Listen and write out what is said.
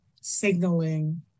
signaling